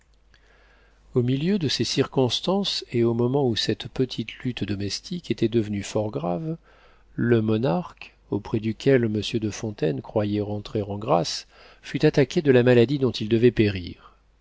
au milieu de ces circonstances et au moment où cette petite lutte domestique était devenue fort grave le monarque auprès duquel monsieur de fontaine croyait rentrer en grâce fut attaqué de la maladie dont il devait périr